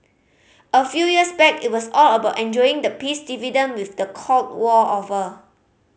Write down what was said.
a few years back it was all about enjoying the peace dividend with the Cold War over